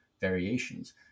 variations